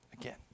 Again